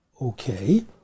okay